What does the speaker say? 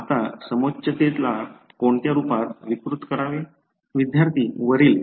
आता समोच्चतेला कोणत्या रूपात विकृत करावे विद्यार्थीः वरील